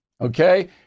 Okay